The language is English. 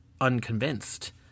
unconvinced